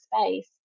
space